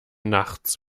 nachts